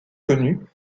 connues